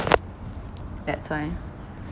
that's why